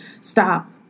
stop